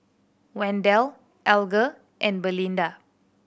Wendell Alger and Belinda